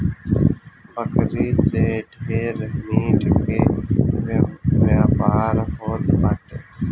बकरी से ढेर मीट के व्यापार होत बाटे